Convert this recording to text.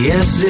Yes